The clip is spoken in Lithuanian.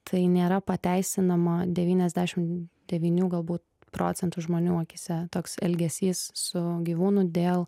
tai nėra pateisinama devyniasdešim devynių galbūt procentų žmonių akyse toks elgesys su gyvūnu dėl